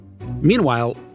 Meanwhile